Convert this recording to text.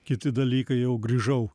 kiti dalykai jau grįžau